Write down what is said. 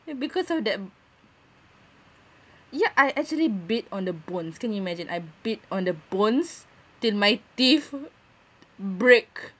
because of that mm yeah I actually bit on the bones can you imagine I bit on the bones till my teeth break